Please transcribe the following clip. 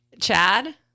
Chad